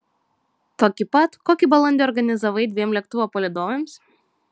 tokį pat kokį balandį organizavai dviem lėktuvo palydovėms